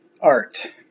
art